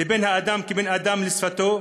לבן-אדם כבן-אדם, לשפתו?